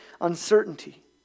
uncertainty